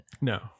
No